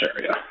area